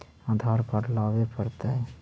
आधार card लाबे पड़तै?